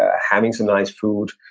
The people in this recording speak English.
ah having some nice food,